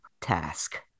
task